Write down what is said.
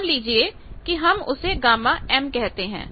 मान लीजिए कि हम उसे Γm कहते हैं